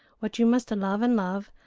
what you must love and love,